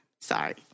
Sorry